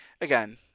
again